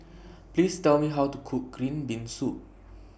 Please Tell Me How to Cook Green Bean Soup